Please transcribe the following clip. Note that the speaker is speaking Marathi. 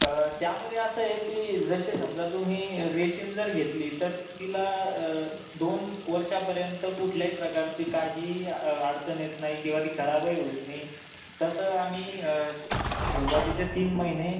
त्यामध्ये असं आहे की जसे समजा तुम्ही रेशीम जर घेतली तर तिला दोन वर्षापर्यंत कुठल्याही प्रकारची काहीही अडचण येत नाही किंवा ती खराबही होत नाही तसं आम्ही सुरुवातीचे तीन महिने